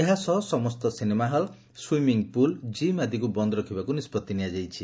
ଏହା ସହ ସମସ୍ତ ସିନେମାହଲ୍ ସୁଇମିଂ ପୁଲ୍ ଜିମ୍ ଆଦିକୁ ବନ୍ଦ ରଖିବାକୁ ନିଷ୍ଟଉି ନିଆଯାଇଛି